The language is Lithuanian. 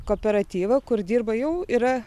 kooperatyvą kur dirba jau yra